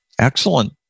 Excellent